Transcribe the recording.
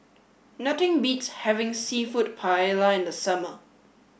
nothing beats having Seafood Paella in the summer